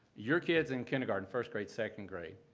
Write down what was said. your kid's in kindergarten, first grade, second grade.